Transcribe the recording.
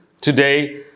Today